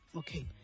okay